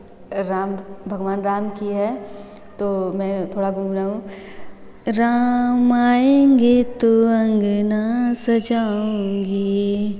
राम भगवान राम की है तो मैं थोड़ा गुनगुनाऊ राम आएँगे तो अंगना सजाऊँगी